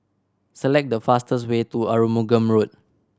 select the fastest way to Arumugam Road